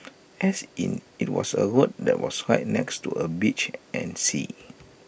as in IT was A road that was right next to A beach and sea